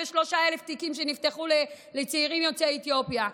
23,000 תיקים נפתחו לצעירים יוצאי אתיופיה,